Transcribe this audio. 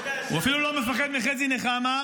הוא אפילו לא מפחד מחזי נחמה,